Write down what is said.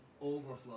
overflow